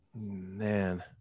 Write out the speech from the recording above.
Man